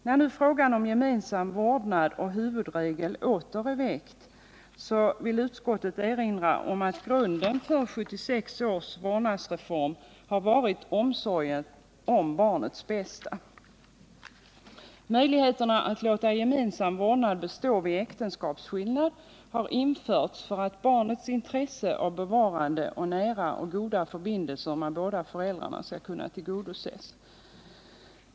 När nu frågan om gemensam vårdnad som huvudregel åter är väckt vill utskottet erinra om att grunden för 1976 års vårdnadsreform varit omsorgen om barnets bästa. Möjligheten att låta gemensam vårdnad bestå vid äktenskapsskillnad har införts för att barnets intresse av bevarande av nära och goda förbindelser med båda föräldrarna skall kunna tillgodoses.